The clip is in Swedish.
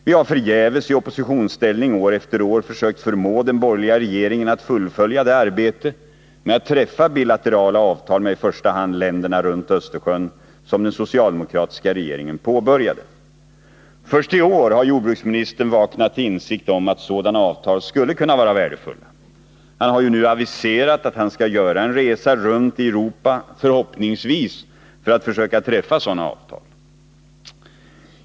Vi har förgäves i oppositionsställning år efter år försökt förmå den borgerliga regeringen att fullfölja det arbete med att träffa bilaterala avtal med i första hand länderna runt Östersjön som den socialdemokratiska regeringen påbörjade. Först i år har jordbruksministern vaknat till insikt om att sådana avtal skulle kunna vara värdefulla. Han har ju nu aviserat att han skall göra en resa runt i Europa, förhoppningsvis för att försöka träffa sådana avtal.